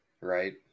Right